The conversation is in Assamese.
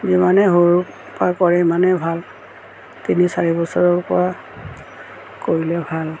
যিমানেই সৰুৰ পৰা কৰে সিমানেই ভাল তিনি চাৰি বছৰৰ পৰা কৰিলে ভাল